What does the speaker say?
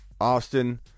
Austin